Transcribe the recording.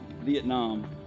Vietnam